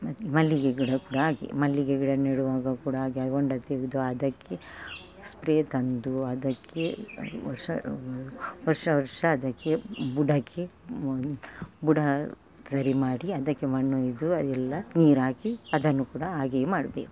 ಮತ್ತೆ ಮಲ್ಲಿಗೆ ಗಿಡ ಕೂಡಾ ಹಾಗೆ ಮಲ್ಲಿಗೆ ಗಿಡ ನೆಡುವಾಗ ಕೂಡ ಹಾಗೆ ಹೊಂಡ ತೆಗೆದು ಅದಕ್ಕೆ ಸ್ಪ್ರೇ ತಂದು ಅದಕ್ಕೆ ವರ್ಶ ವರ್ಷ ವರ್ಷ ಅದಕ್ಕೆ ಬುಡಕ್ಕೆ ಬುಡ ಸರಿ ಮಾಡಿ ಅದಕ್ಕೆ ಮಣ್ಣು ಹೊಯ್ದು ಎಲ್ಲ ನೀರಾಕಿ ಅದನ್ನು ಕೂಡ ಹಾಗೆ ಮಾಡಬೇಕು